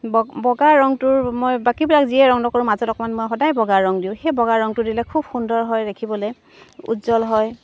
বগ বগা ৰংটোৰ মই বাকীবিলাক যিয়ে ৰং নকৰোঁ মাজত অকণ মই সদায় বগা ৰং দিওঁ সেই বগা ৰংটো দিলে খুব সুন্দৰ হয় দেখিবলৈ উজ্জ্বল হয়